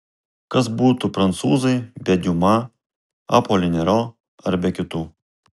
kas būtų prancūzai be diuma apolinero ar be kitų